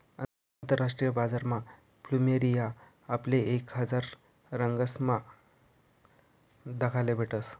आंतरराष्ट्रीय बजारमा फ्लुमेरिया आपले एक हजार रंगसमा दखाले भेटस